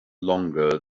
longer